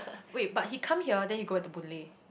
wait but he come here then you go back to Boon-Lay